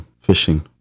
fishing